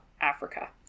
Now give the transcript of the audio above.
Africa